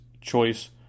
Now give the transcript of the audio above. Choice